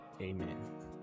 Amen